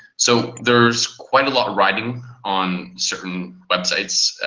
so there's quite a lot riding on certain websites,